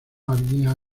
había